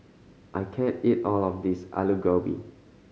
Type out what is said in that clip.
I can't eat all of this Alu Gobi